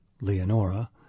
Leonora